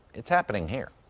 it's happening here.